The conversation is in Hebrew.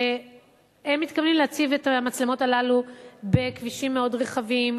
הם מתכוונים להציב את המצלמות הללו בכבישים מאוד רחבים,